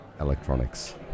electronics